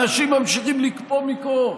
אנשים ממשיכים לקפוא מקור.